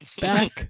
back